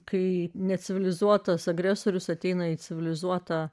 kai necivilizuotas agresorius ateina į civilizuotą